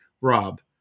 Rob